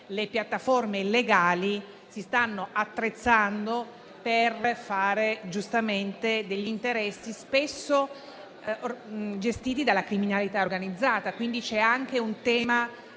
le piattaforme illegali si stiano attrezzando per realizzare interessi spesso gestiti dalla criminalità organizzata. Quindi, c'è anche un tema